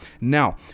Now